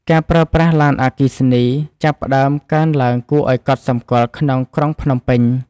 ការប្រើប្រាស់ឡានអគ្គិសនីចាប់ផ្ដើមកើនឡើងគួរឱ្យកត់សម្គាល់ក្នុងក្រុងភ្នំពេញ។